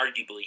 arguably